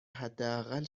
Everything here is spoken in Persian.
حداقل